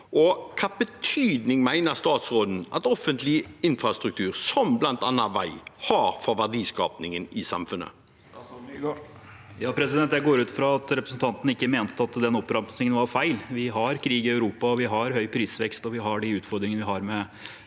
Hvilken betydning mener statsråden at offentlig infrastruktur, som bl.a. vei, har for verdiskapingen i samfunnet? Statsråd Jon-Ivar Nygård Jeg går ut fra at representanten ikke mente at den oppramsingen var feil. Vi har krig i Europa, vi har høy prisvekst, og vi har de utfordringene vi har med